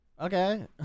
okay